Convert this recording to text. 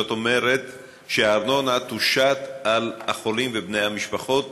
זאת אומרת שהארנונה תושת על החולים ובני המשפחות